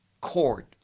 cord